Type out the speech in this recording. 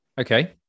Okay